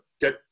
get